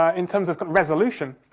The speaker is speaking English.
ah in terms of resolution,